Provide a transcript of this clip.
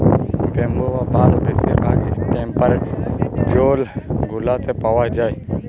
bamboo বা বাঁশ বেশির ভাগ টেম্পরেট জোল গুলাতে পাউয়া যায়